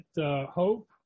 hope